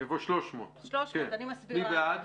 מי בעד?